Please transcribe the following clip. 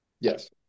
Yes